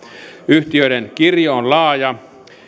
yhtiöiden kirjo on laaja